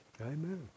Amen